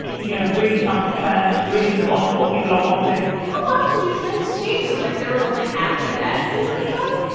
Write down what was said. you know, really fast trends, really respond to what people are wanting how often do trends change? is it like there are the, like, half-day fashions and stuff?